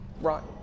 right